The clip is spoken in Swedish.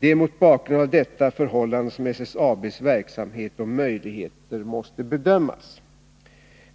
Det är mot bakgrund av detta förhållande som SSAB:s verksamhet och möjligheter måste bedömas.